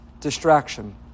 Distraction